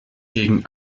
gegen